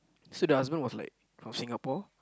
so the husband was like from Singapore